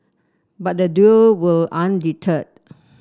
but the duo were undeterred